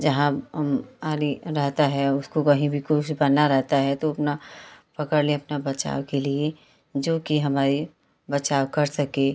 जहाँ रहता है उसको कहीं भी कुछ बना रहता है तो अपना पकड़ ले अपना बचाव के लिए जोकि हमारी बचाव कर सके